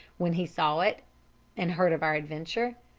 when he saw it and heard of our adventure.